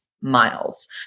miles